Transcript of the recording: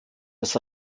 des